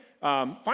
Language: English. Find